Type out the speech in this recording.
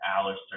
Alistair